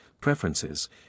preferences